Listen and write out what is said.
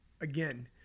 Again